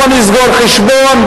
בוא נסגור חשבון,